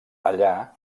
allà